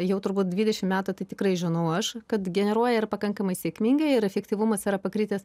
jau turbūt dvidešim metų tai tikrai žinau aš kad generuoja ir pakankamai sėkmingai ir efektyvumas yra pakritęs